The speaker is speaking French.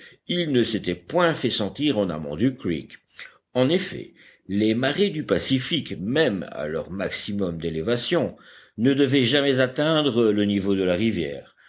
il ne s'était point fait sentir en amont du creek en effet les marées du pacifique même à leur maximum d'élévation ne devaient jamais atteindre le niveau de la rivière